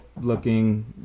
Looking